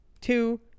two